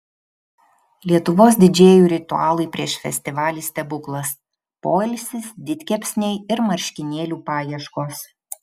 lietuvos didžėjų ritualai prieš festivalį stebuklas poilsis didkepsniai ir marškinėlių paieškos